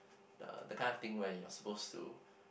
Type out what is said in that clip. the the kind of thing where you're supposed to